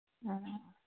ꯑꯣ